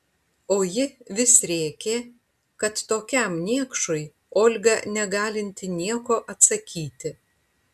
o ji vis rėkė kad tokiam niekšui olga negalinti nieko atsakyti